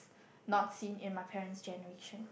not seen in my parent's generation